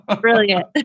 Brilliant